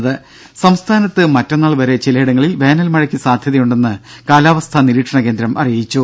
ദ്ദേ സംസ്ഥാനത്ത് മറ്റന്നാൾ വരെ ചിലയിടങ്ങളിൽ വേനൽ മഴയ്ക്ക് സാധ്യതയുണ്ടെന്ന് കാലാവസ്ഥാ നിരീക്ഷണ കേന്ദ്രം അറിയിച്ചു